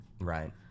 Right